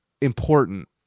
important